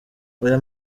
aya